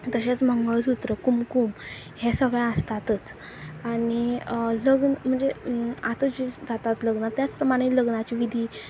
तशेंच मंगळसूत्र कुमकूम हे सगळे आसतातच आनी लग्न म्हणजे आतां जी जातात लग्न त्याच प्रमाणे लग्नाची विधी